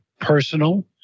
personal